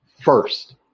first